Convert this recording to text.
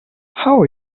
how